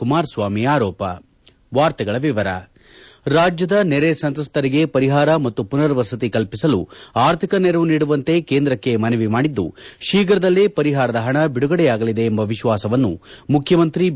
ಕುಮಾರಸ್ವಾಮಿ ಆರೋಪ ರಾಜ್ಯದ ನೆರೆ ಸಂತ್ರಸ್ತರಿಗೆ ಪರಿಹಾರ ಮತ್ತು ಪುನರ್ ವಸತಿ ಕಲ್ಲಿಸಲು ಅರ್ಥಿಕ ನೆರವು ನೀಡುವಂತೆ ಕೇಂದ್ರಕ್ಕೆ ಮನವಿ ಮಾಡಿದ್ದು ಶೀಘ್ರದಲ್ಲೇ ಪರಿಹಾರದ ಹಣ ಬಿಡುಗಡೆಯಾಗಲಿದೆ ಎಂಬ ವಿಶ್ವಾಸವನ್ನು ಮುಖ್ಯಮಂತ್ರಿ ಬಿ